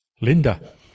Linda